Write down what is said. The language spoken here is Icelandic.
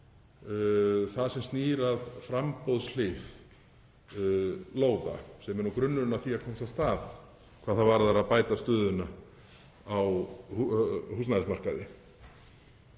það sem snýr að framboðshlið lóða, sem er nú grunnurinn að því að komast af stað hvað það varðar að bæta stöðuna á húsnæðismarkaði.